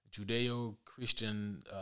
Judeo-Christian